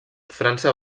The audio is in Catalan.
frança